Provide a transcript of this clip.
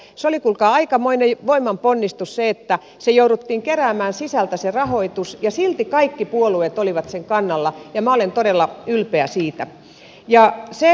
se oli kuulkaa aikamoinen voimanponnistus kun jouduttiin keräämään sisältä se rahoitus ja silti kaikki puolueet olivat sen kannalla ja minä olen todella ylpeä siitä